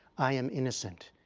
i am innocent.